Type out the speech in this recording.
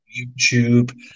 YouTube